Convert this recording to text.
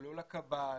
לא לקב"ט,